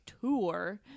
tour